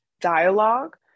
dialogue